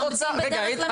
לומדים בדרך למידה.